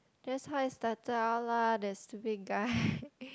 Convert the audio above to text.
that's how it started out lah that stupid guy